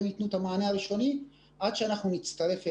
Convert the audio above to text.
הם יתנו את המענה הראשוני עד שאנחנו נצטרף אליהם.